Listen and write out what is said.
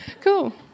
cool